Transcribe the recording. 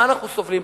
ממה אנחנו סובלים,